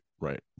right